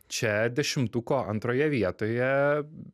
čia dešimtuko antroje vietoje